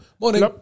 Morning